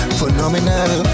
phenomenal